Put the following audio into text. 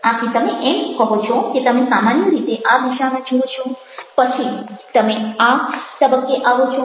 આથી તમે એમ કહો છો કે તમે સામાન્ય રીતે આ દિશામાં જુઓ છો પછી તમે આ તબક્કે આવો છો